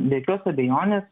be jokios abejonės